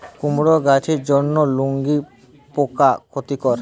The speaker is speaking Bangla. কুমড়ো গাছের জন্য চুঙ্গি পোকা ক্ষতিকর?